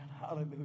hallelujah